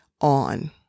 on